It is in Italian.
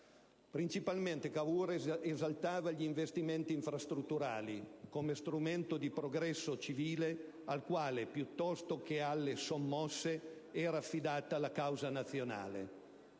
Principalmente Cavour esaltava gli investimenti infrastrutturali come strumento di progresso civile al quale, piuttosto che alle sommosse, era affidata la causa nazionale.